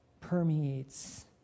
permeates